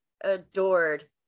adored